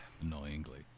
annoyingly